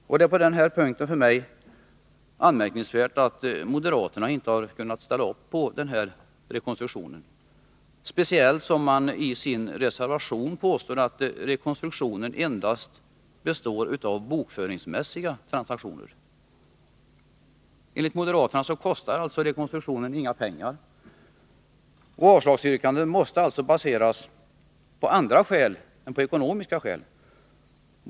Jag för min del anser det anmärkningsvärt att moderaterna inte har kunnat ställa upp på den här rekonstruktionen — speciellt som de i sin reservation påstår att rekonstruktionen endast består av bokföringsmässiga transaktioner. Enligt moderaterna kostar rekonstruktionen inga pengar. Avslagsyrkandet måste således baseras på andra skäl än ekonomiska.